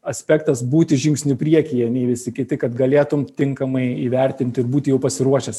aspektas būti žingsniu priekyje nei visi kiti kad galėtum tinkamai įvertinti ir būti jau pasiruošęs